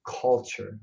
culture